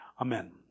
Amen